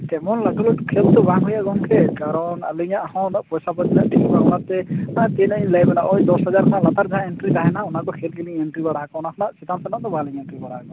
ᱛᱮᱢᱚᱱ ᱞᱟᱹᱴᱩ ᱞᱟᱹᱴᱩ ᱠᱷᱮᱞ ᱫᱚ ᱵᱟᱝ ᱦᱩᱭᱩᱜᱼᱟ ᱜᱚᱢᱠᱮ ᱠᱟᱨᱚᱱ ᱟᱞᱤᱧᱟᱜ ᱦᱚᱸ ᱩᱱᱟᱹᱜ ᱯᱚᱭᱥᱟ ᱯᱟᱛᱤ ᱨᱮᱱᱟᱜ ᱴᱷᱤᱠ ᱵᱟᱝ ᱚᱱᱟᱛᱮ ᱛᱤᱱᱟᱹᱜ ᱤᱧ ᱞᱟᱹᱭᱟᱵᱮᱱᱟ ᱳᱭ ᱫᱚᱥ ᱦᱟᱡᱟᱨ ᱠᱷᱚᱱ ᱞᱟᱛᱟᱨ ᱡᱟᱦᱟᱸ ᱠᱷᱮᱞ ᱛᱟᱦᱮᱸᱱᱟ ᱚᱱᱟ ᱠᱚ ᱠᱷᱮᱞ ᱜᱮᱞᱤᱧ ᱮᱱᱴᱨᱤ ᱵᱟᱲᱟ ᱟᱠᱟᱫᱟ ᱚᱱᱟ ᱠᱷᱚᱱᱟᱜ ᱪᱮᱛᱟᱱ ᱥᱮᱱᱟᱜ ᱫᱚ ᱵᱟᱞᱤᱧ ᱮᱱᱴᱨᱤ ᱵᱟᱲᱟ ᱟᱠᱟᱫᱟ